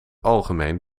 algemeen